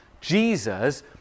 Jesus